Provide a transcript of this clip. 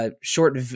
short